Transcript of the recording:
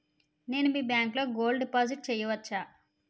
నేను మీ బ్యాంకులో గోల్డ్ డిపాజిట్ చేయవచ్చా?